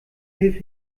hilfe